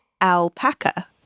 Alpaca